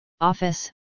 office